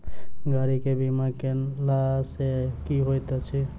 गाड़ी केँ बीमा कैला सँ की होइत अछि?